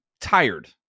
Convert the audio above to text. tired